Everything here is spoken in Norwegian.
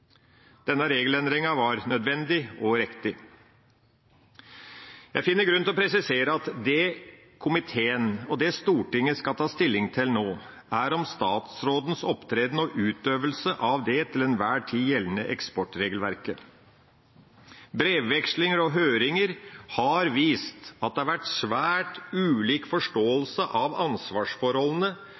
Denne regelendringen var nødvendig og riktig. Jeg finner grunn til å presisere at det komiteen og Stortinget skal ta stilling til nå, gjelder statsrådens opptreden og utøvelse av det til enhver tid gjeldende eksportregelverket. Brevvekslinger og høringer har vist at det har vært svært ulik forståelse av ansvarsforholdene,